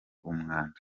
umwanda